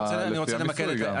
לפי המיסוי גם.